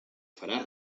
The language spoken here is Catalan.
farà